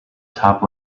top